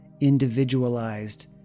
individualized